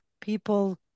people